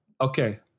okay